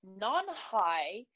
non-high